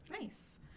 Nice